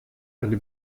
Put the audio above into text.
eine